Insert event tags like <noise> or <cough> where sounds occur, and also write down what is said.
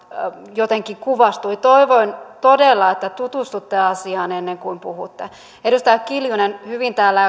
jotenkin kuvastui toivon todella että tutustutte asiaan ennen kuin puhutte edustaja kiljunen hyvin täällä <unintelligible>